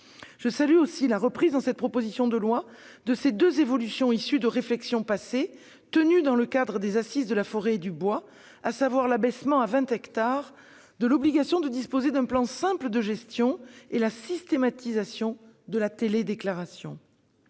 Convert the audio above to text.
également de la reprise dans la proposition de loi de deux évolutions issues de réflexions tenues par le passé dans le cadre des Assises de la forêt et du bois, à savoir l'abaissement à vingt hectares de l'obligation de disposer d'un plan simple de gestion et la systématisation de la télédéclaration.